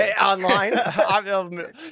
online